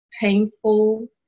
painful